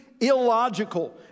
illogical